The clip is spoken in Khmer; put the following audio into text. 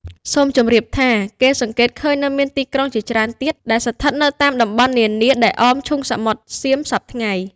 សូមជម្រាបថា គេសង្កេតឃើញនៅមានទីក្រុងជាច្រើនទៀត ដែលស្ថិតនៅ តាមតំបន់នានា ដែលអមឈូងសមុទ្រសៀមសព្វថ្ងៃ។